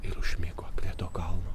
ir užmigo prie to kalno